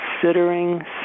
considering